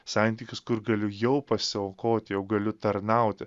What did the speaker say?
santykius kur galiu jau pasiaukoti jau galiu tarnauti